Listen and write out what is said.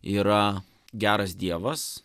yra geras dievas